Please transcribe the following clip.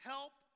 help